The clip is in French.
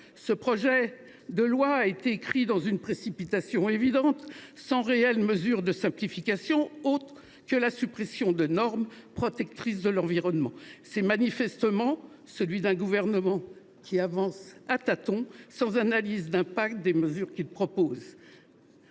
ce projet de loi a été écrit dans une précipitation évidente. Il ne comporte aucune réelle mesure de simplification, si ce n’est la suppression de normes protectrices de l’environnement. Il est manifestement le produit d’un gouvernement qui avance à tâtons, sans analyse d’impact des mesures qu’il propose.